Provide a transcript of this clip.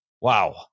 Wow